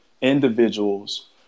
individuals